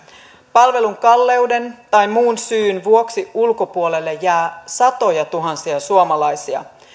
palvelun kalleuden tai muun syyn vuoksi ulkopuolelle jää satojatuhansia suomalaisia